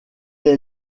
est